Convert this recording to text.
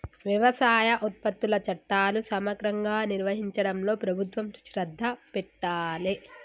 వ్యవసాయ ఉత్పత్తుల చట్టాలు సమగ్రంగా నిర్వహించడంలో ప్రభుత్వం శ్రద్ధ పెట్టాలె